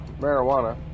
marijuana